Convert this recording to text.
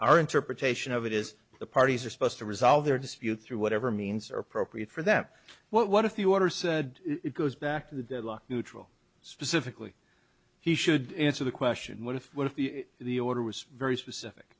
our interpretation of it is the parties are supposed to resolve their dispute through whatever means are appropriate for them what if you order said it goes back to the deadlock neutral specifically he should answer the question what if what if the order was very specific